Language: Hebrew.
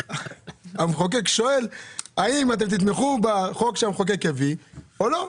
המחוקק שואל האם אתם תתמכו בחוק שהמחוקק יביא או לא,